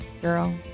Girl